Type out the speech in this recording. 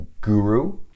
Guru